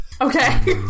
Okay